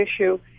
issue